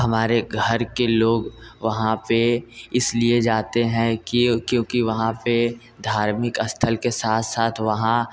हमारे घर के लोग वहाँ पर इस लिए जाते हैं कि क्यों क्योंकि वहाँ पर धार्मिक स्थल के साथ साथ वहाँ